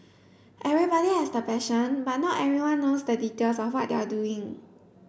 everybody has the passion but not everyone knows the details of what they are doing